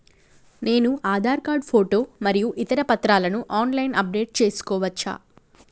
నేను Aadhaar card photo మరియు ఇతర పత్రాలను ఆన్ లైన్ అప్ డెట్ చేసుకోవచ్చా?